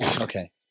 Okay